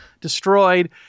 destroyed